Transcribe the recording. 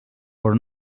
però